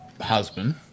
husband